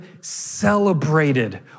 celebrated